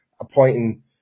appointing